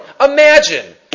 Imagine